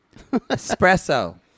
Espresso